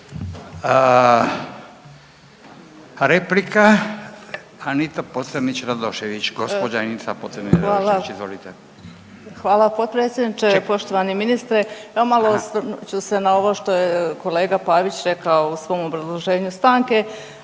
gospođa Anita Pocrnić Radošević. Izvolite. **Pocrnić-Radošević, Anita (HDZ)** Hvala potpredsjedniče. Poštovani ministre. Malo osvrnut ću se na ovo što je kolega Pavić rekao u svom obrazloženju stanke,